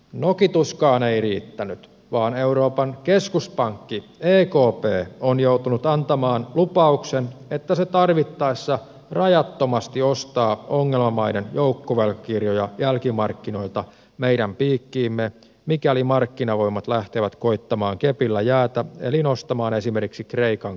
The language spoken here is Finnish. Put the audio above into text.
nokituskaan ei riittänyt vaan euroopan keskuspankki ekp on joutunut antamaan lupauksen että se tarvittaessa rajattomasti ostaa ongelmamaiden joukkovelkakirjoja jälkimarkkinoilta meidän piikkiimme mikäli markkinavoimat lähtevät koettamaan kepillä jäätä eli nostamaan esimerkiksi kreikan korkoja